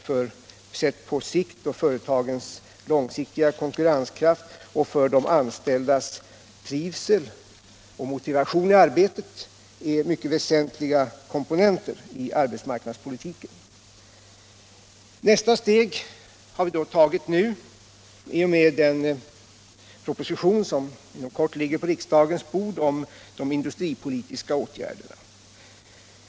För företagens långsiktiga konkurrenskraft och för de anställdas trivsel och motivation i arbetet är detta mycket väsentliga komponenter i arbetsmarknadspolitiken. Därefter har vi tagit nästa steg i och med utarbetandet av den proposition som inom kort ligger på riksdagens bord om de industripolitiska åtgärderna.